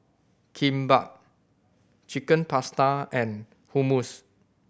Kimbap Chicken Pasta and Hummus